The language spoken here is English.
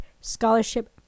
Scholarship